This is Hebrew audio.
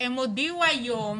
הם הודיעו היום